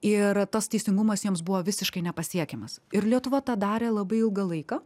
ir tas teisingumas joms buvo visiškai nepasiekiamas ir lietuva tą darė labai ilgą laiką